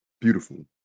beautiful